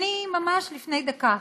ממש לפני דקה